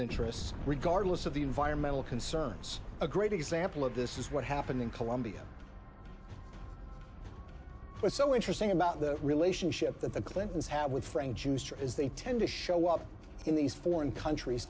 interests regardless of the environmental concerns a great example of this is what happened in colombia what's so interesting about the relationship that the clintons have with frank is they tend to show up in these foreign countries